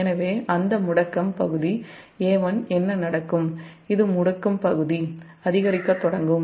எனவே அந்த முடுக்கம் பகுதி A1 அதிகரிக்கத் தொடங்கும்